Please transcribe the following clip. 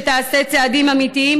שתעשה צעדים אמיתיים,